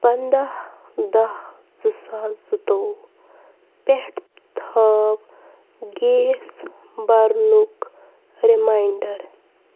پنٛداہ دَہ زٕ ساس زٕتووُہ پٮ۪ٹھ تھاو گیس بھرنُک رِماینٛڈَر